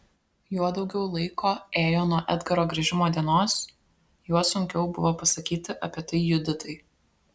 juo daugiau laiko ėjo nuo edgaro grįžimo dienos juo sunkiau buvo pasakyti apie tai juditai